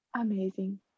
Amazing